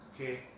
Okay